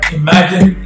imagine